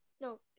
no